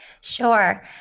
Sure